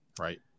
right